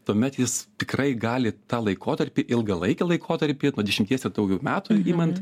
tuomet jis tikrai gali tą laikotarpį ilgalaikį laikotarpį nuo dešimties ir daugiau metų imant